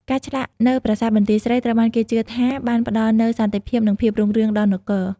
ការឆ្លាក់នៅប្រាសាទបន្ទាយស្រីត្រូវបានគេជឿថាបានផ្តល់នូវសន្តិភាព និងភាពរុងរឿងដល់នគរ។